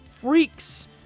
freaks